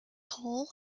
hall